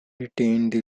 retained